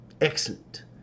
Excellent